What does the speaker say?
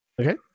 Okay